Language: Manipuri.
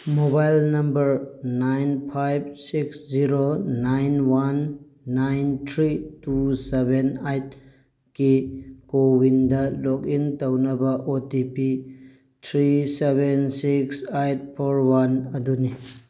mobile number nine five six zero nine one nine three two seven eight ꯀꯤ ꯀꯣꯋꯤꯟꯗ ꯂꯣꯒ ꯏꯟ ꯇꯧꯅꯕ O T P three seven six eight four one ꯑꯗꯨꯅꯤ